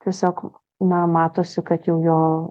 tiesiog na matosi kad jau jo